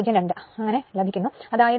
02 ആണ് അതായത് 74